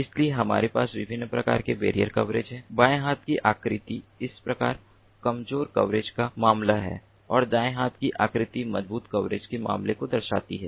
इसलिए हमारे पास विभिन्न प्रकार के बैरियर कवरेज हैं बाएं हाथ की आकृति इस प्रकार कमजोर कवरेज का मामला है और दाएं हाथ की आकृति मजबूत कवरेज के मामले को दर्शाता है